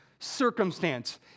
circumstance